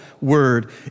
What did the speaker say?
word